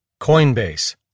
Coinbase